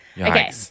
Okay